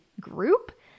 group